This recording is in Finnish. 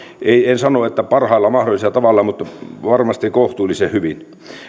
en sano että parhaalla mahdollisella tavalla mutta varmasti kohtuullisen hyvin